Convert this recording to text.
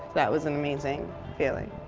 that was an amazing feeling.